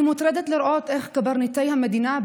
אני מוטרדת לראות איך קברניטי המדינה,